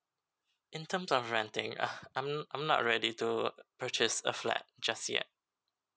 in terms of renting uh I'm I'm not ready to purchase a flat just yet